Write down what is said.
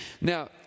Now